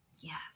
Yes